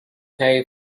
pay